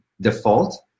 default